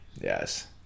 Yes